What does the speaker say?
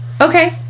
okay